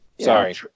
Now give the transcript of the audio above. sorry